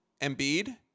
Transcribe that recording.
Embiid